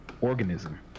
organism